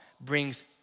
brings